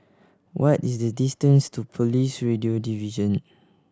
what is the distance to Police Radio Division